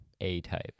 A-type